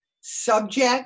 subject